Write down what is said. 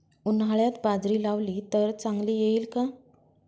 उन्हाळ्यात बाजरी लावली तर चांगली येईल का?